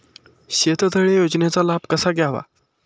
शेततळे योजनेचा लाभ कसा घ्यावा?